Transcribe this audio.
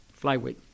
flyweight